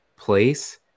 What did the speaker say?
Place